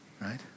right